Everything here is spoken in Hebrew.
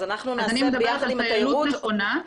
אז אני מדברת על טיילות נכונה.